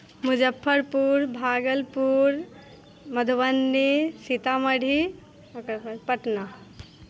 मुजफ्फरपुर भागलपुर मधुबनी सीतामढ़ी ओकर बाद पटना